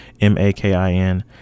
M-A-K-I-N